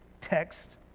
text